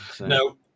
No